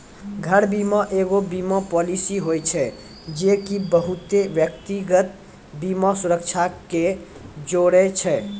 घर बीमा एगो बीमा पालिसी होय छै जे की बहुते व्यक्तिगत बीमा सुरक्षा के जोड़े छै